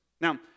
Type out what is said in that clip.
Now